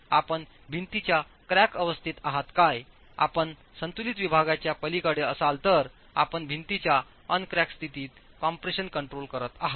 आपण भिंतीच्या क्रॅक अवस्थेत आहात काय आपण संतुलित विभागाच्या पलीकडे असाल तर आपण भिंतीच्या अन क्रॅक स्थितीत कम्प्रेशन कंट्रोल करत आहात